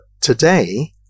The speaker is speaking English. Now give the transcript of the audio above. today